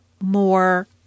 more